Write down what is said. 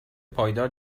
پایدار